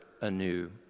anew